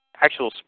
actual